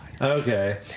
Okay